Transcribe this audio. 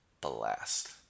blast